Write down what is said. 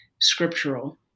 scriptural